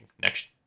next